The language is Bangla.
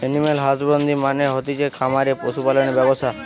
এনিম্যাল হসবান্দ্রি মানে হতিছে খামারে পশু পালনের ব্যবসা